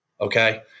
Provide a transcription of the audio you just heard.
Okay